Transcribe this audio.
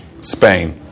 Spain